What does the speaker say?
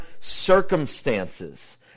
circumstances